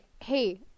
hey